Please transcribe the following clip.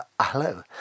hello